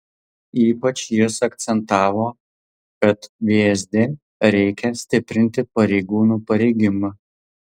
ypač jis akcentavo kad vsd reikia stiprinti pareigūnų parengimą